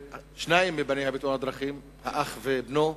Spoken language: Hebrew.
שניים מבניה, בתאונת דרכים, אח ובנו.